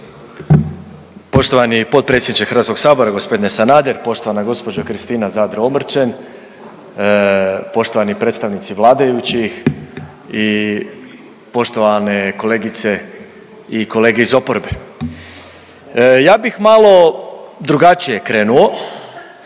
Poštovani potpredsjedniče Hrvatskog sabora, gospodine Sanader, poštovana gospođo Kristina Zadro Omrčen, poštovani predstavnici vladajućih i poštovane kolegice i kolege iz oporbe. Ja bih malo drugačije krenuo,